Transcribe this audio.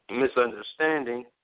misunderstanding